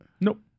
Nope